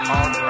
on